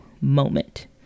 moment